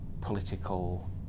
political